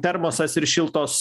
termosas ir šiltos